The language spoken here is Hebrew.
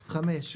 (5)